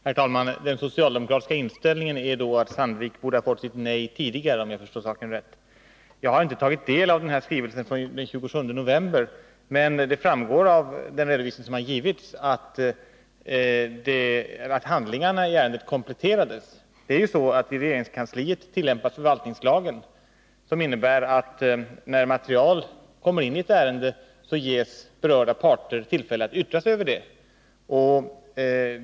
Herr talman! Den socialdemokratiska inställningen är då att Sandvik borde ha fått sitt nej tidigare, om jag förstått saken rätt. Jag har inte tagit del av skrivelsen av den 27 november, men det framgår av den redovisning som har givits att handlingarna i ärendet kompletterades. I regeringskansliet tillämpas förvaltningslagen, som innebär att när material i ett ärende kommer in ges berörda parter tillfälle att yttra sig över det.